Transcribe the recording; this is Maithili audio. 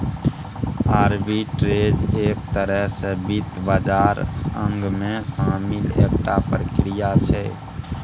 आर्बिट्रेज एक तरह सँ वित्त बाजारक अंगमे शामिल एकटा प्रक्रिया छै